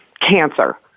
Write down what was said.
cancer